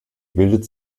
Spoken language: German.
bildet